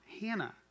Hannah